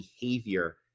behavior